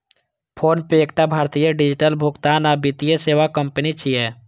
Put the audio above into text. PhonePe एकटा भारतीय digital भुगतान आ वित्तीय सेवा कंपनी छियै